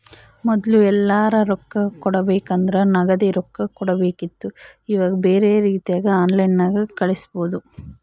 ಮೊದ್ಲು ಎಲ್ಯರಾ ರೊಕ್ಕ ಕೊಡಬೇಕಂದ್ರ ನಗದಿ ರೊಕ್ಕ ಕೊಡಬೇಕಿತ್ತು ಈವಾಗ ಬ್ಯೆರೆ ರೀತಿಗ ಆನ್ಲೈನ್ಯಾಗ ಕಳಿಸ್ಪೊದು